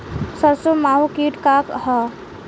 सरसो माहु किट का ह?